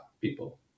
people